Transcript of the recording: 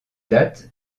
date